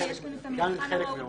יש כאן את המבחן המהותי,